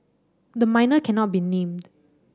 the minor cannot be named